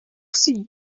sie